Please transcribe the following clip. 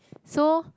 so